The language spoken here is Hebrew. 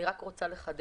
אני רק רוצה לחדד